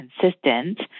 consistent